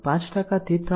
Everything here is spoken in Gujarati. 5 થી 3